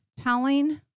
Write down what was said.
telling